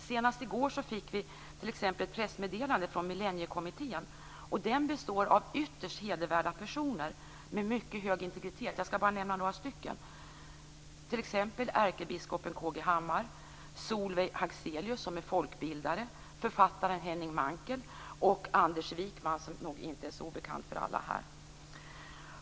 Senast i går fick vi ett pressmeddelande från Millenniekommittén. Den består av ytterst hedervärda personer med mycket hög integritet. Jag skall nämna några stycken: Ärkebiskopen K G Hammar, Solveig Hagselius, folkbildare, författaren Henning Mankell och Anders Wijkman, som nog inte är så obekant för alla här.